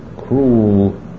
cruel